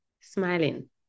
smiling